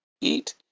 eat